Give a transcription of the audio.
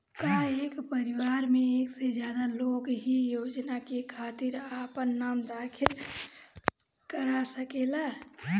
का एक परिवार में एक से ज्यादा लोग एक ही योजना के खातिर आपन नाम दाखिल करा सकेला?